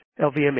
LVMH